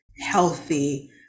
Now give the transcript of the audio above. healthy